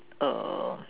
err